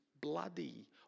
bloody